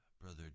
Brother